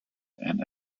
and